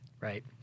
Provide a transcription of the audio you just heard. Right